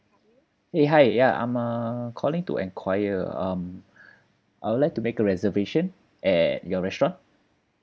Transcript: hey hi ya I'm uh calling to enquire um I would like to make a reservation at your restaurant